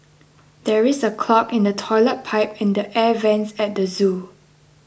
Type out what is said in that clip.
there is a clog in the Toilet Pipe and the Air Vents at the zoo